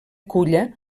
culla